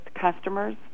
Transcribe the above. customers